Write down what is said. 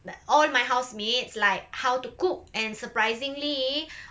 like all my house mates like how to cook and surprisingly